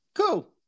cool